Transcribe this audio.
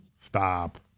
Stop